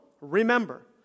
remember